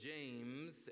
James